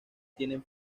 tienen